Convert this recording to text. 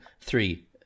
three